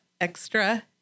extra